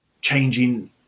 changing